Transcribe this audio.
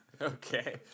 okay